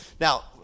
Now